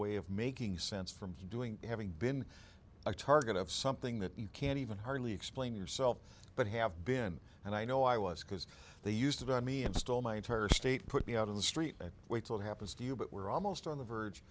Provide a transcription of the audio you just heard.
way of making sense from doing having been a target of something that you can't even hardly explain yourself but have been and i know i was because they used it on me and stole my entire state put me out in the street and wait till it happens to you but we're almost on the verge